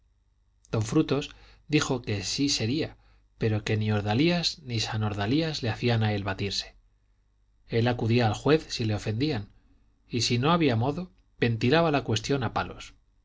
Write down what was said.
don frutos dijo que sí sería pero que ni ordalías ni san ordalías le hacían a él batirse él acudía al juez si le ofendían y si no había modo ventilaba la cuestión a palos